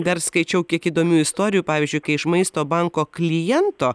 dar skaičiau kiek įdomių istorijų pavyzdžiui kai iš maisto banko kliento